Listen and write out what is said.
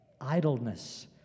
idleness